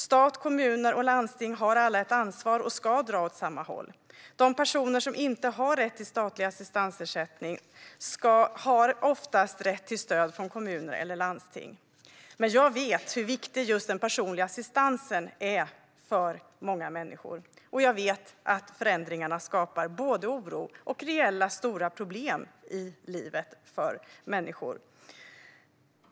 Stat, kommuner och landsting har alla ett ansvar och ska dra åt samma håll. De personer som inte har rätt till statlig assistansersättning har oftast rätt till stöd från kommuner eller landsting. Men jag vet hur viktig just den personliga assistansen är för många människor, och jag vet att förändringarna skapar både oro och reella stora problem i livet för människor.